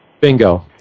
bingo